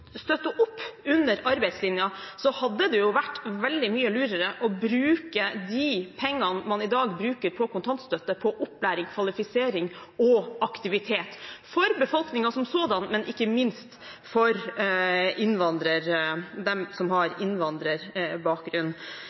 støtte opp under arbeidslinjen, hadde det vært veldig mye lurere å bruke de pengene man i dag bruker på kontantstøtte, på opplæring, kvalifisering og aktivitet – for befolkningen som sådan, men ikke minst for dem som har innvandrerbakgrunn.